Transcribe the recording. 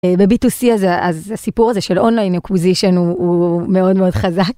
ב־B2C אז אז הסיפור הזה של אונליין אקוויזישן הוא מאוד מאוד חזק.